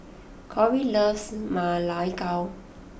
Corie loves Ma Lai Gao